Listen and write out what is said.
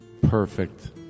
Perfect